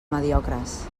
mediocres